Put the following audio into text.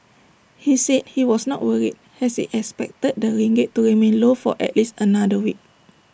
he said he was not worried as he expected the ringgit to remain low for at least another week